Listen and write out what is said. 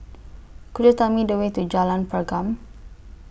Could YOU Tell Me The Way to Jalan Pergam